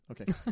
Okay